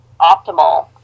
optimal